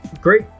Great